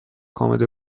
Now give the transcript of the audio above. آماده